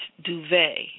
Duvet